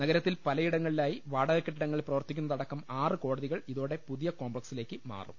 നഗരത്തിൽ പലയിടങ്ങളി ലായി വാടക്കെട്ടിടങ്ങളിൽ പ്രവർത്തിക്കുന്നതടക്കം ആറ് കോടതികൾ ഇതോടെ പുതിയ കോംപ്പക്സിലേക്ക് മാറും